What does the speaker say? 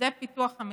זה פיתוח אמריקאי.